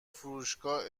فروشگاه